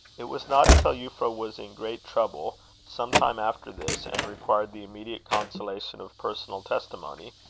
it was not until euphra was in great trouble some time after this, and required the immediate consolation of personal testimony,